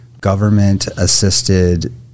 government-assisted